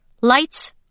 Lights